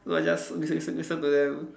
so I just listen listen listen to them